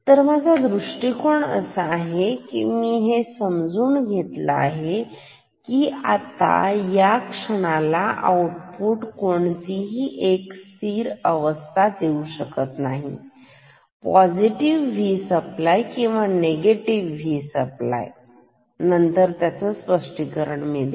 तर माझा दृष्टिकोन असा आहे की मी हे समजून घेतले आहे की या क्षणाला आउटपुट कोणतीही एक स्थिर अवस्था घेऊ शकते पॉझिटिव्ह V सप्लाय आणि निगेटिव्ह V सप्लाय नंतर स्पष्टीकरण देईल